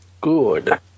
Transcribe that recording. good